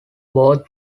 both